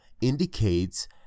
indicates